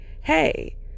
hey